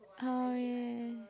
oh ya